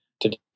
today